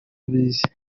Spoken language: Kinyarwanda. abizi